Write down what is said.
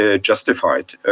justified